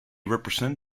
represent